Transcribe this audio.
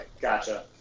gotcha